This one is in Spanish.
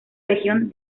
legión